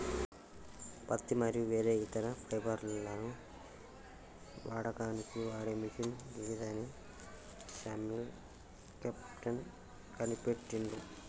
పత్తి మరియు వేరే ఇతర ఫైబర్లను వడకడానికి వాడే మిషిన్ గిదాన్ని శామ్యుల్ క్రాంప్టన్ కనిపెట్టిండు